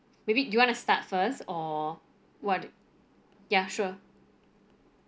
maybe you want to start first or what ya sure